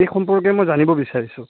এই সম্পৰ্কে মই জানিব বিচাৰিছোঁ